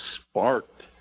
sparked